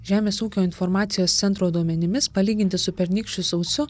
žemės ūkio informacijos centro duomenimis palyginti su pernykščiu sausiu